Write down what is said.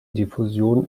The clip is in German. diffusion